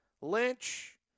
Lynch